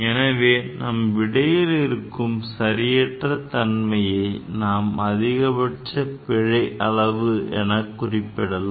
எனவே நம் விடையில் இருக்கும் சரியற்ற தன்மையை நாம் அதிகபட்ச பிழை அளவு எனக் குறிப்பிடலாம்